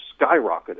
skyrocketed